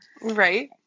right